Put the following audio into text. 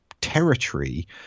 territory